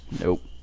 Nope